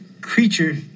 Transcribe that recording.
creature